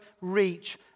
Reach